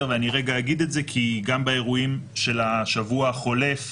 אני אגיד את זה כי גם באירועים של השבוע החולף